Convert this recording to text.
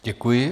Děkuji.